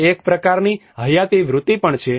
તે એક પ્રકારની હયાતી વૃત્તિ પણ છે